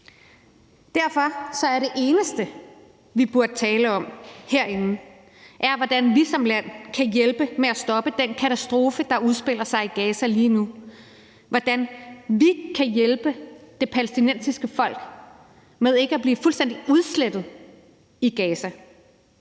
Derfor er det eneste, vi burde tale om herinde, hvordan vi som land kan hjælpe med at stoppe den katastrofe, der udspiller sig i Gaza lige nu, og hvordan vi kan hjælpe det palæstinensiske folk med ikke at blive fuldstændig udslettet i Gaza.